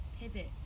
pivot